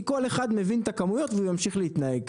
כי כל אחד מבין את הכמויות והוא ימשיך להתנהג ככה.